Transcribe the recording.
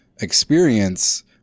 experience